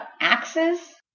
axes